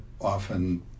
often